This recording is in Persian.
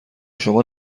شما